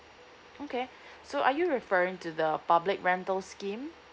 okay so are you referring to the public rental scheme